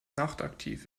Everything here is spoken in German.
nachtaktiv